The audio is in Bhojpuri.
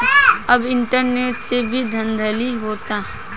अब इंटरनेट से भी धांधली होता